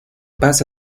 pasa